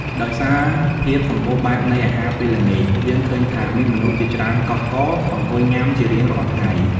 ដោយសារភាពសម្បូរបែបនៃអាហារពេលល្ងាច យើងឃើញថាមានមនុស្សជាច្រើនកុះករអង្គុយញុាំជារៀងរាល់ថ្ងៃ។